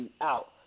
out